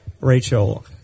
Rachel